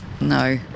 No